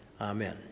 Amen